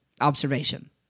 observation